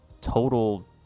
total